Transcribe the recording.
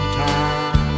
time